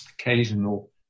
Occasional